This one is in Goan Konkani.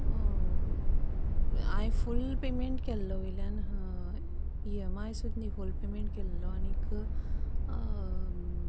हायेन फूल पेमेंट केल्लो वयल्यान इयेमाय सुद्दां न्ही फूल पेमेंट केल्लो आनीक